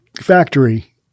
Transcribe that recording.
factory